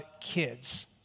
kids